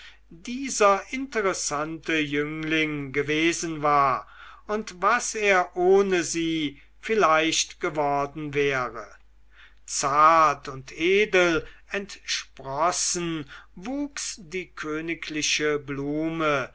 dieser interessante jüngling gewesen war und was er ohne sie vielleicht geworden wäre zart und edel entsprossen wuchs die königliche blume